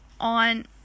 on